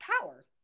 power